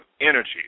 energy